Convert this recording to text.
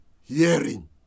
hearing